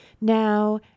Now